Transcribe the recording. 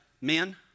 men